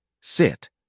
Sit